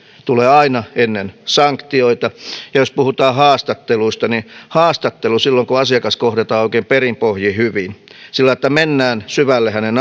tulee aina ennen sanktioita ja jos puhutaan haastatteluista niin silloin kun asiakas kohdataan oikein perin pohjin hyvin sillä lailla että mennään syvälle hänen